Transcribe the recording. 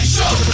Show